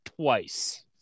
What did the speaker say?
twice